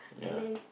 and then